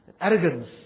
Arrogance